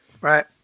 Right